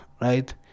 right